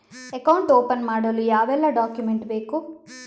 Account open ಮಾಡಲು ಯಾವೆಲ್ಲ document ಬೇಕು?